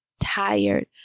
tired